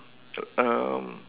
um